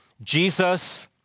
Jesus